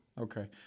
Okay